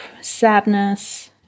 sadness